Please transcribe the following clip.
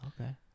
Okay